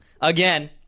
Again